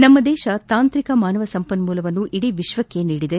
ನಮ್ಮ ದೇಶ ತಾಂತ್ರಿಕ ಮಾನವ ಸಂಪನ್ಮೂಲವನ್ನು ಇಡೀ ವಿಶ್ವಕ್ಕೆ ನೀಡಿದೆ